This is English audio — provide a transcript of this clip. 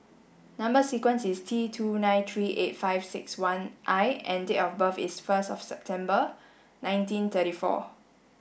number sequence is T two nine three eight five six one I and date of birth is first of September nineteen thirty four